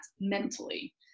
mentally